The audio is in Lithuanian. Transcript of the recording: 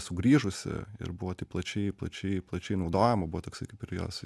sugrįžusi ir buvo taip plačiai plačiai plačiai naudojama buvo toksai kaip ir jos